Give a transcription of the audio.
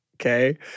Okay